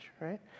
right